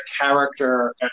character